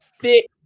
thick